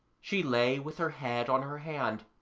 she lay with her head on her hand,